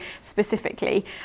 specifically